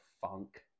Funk